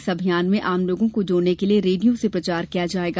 इस अभियान में आम लोगों को जोड़ने के लिये रेडियों से प्रचार किया जाएगा